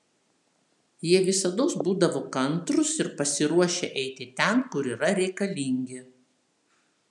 jie visados būdavo kantrūs ir pasiruošę eiti ten kur yra reikalingi